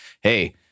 hey